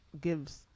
Gives